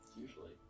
usually